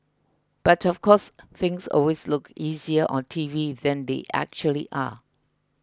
but of course things always look easier on T V than they actually are